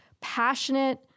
passionate